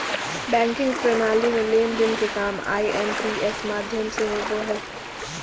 banking प्रणाली में लेन देन के काम आई.एम.पी.एस माध्यम से होबो हय